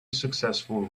successful